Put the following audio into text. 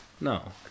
No